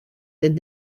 denn